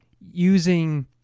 using